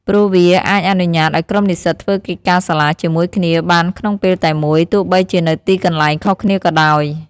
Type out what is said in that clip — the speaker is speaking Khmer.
ព្រោះវាអាចអនុញ្ញាតិឱ្យក្រុមនិស្សិតធ្វើកិច្ចការសាលាជាមួយគ្នាបានក្នុងពេលតែមួយ ទោះបីជានៅទីកន្លែងខុសគ្នាក៏ដោយ។